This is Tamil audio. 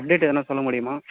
அப்டேட் எதனால் சொல்ல முடியுமா